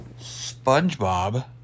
SpongeBob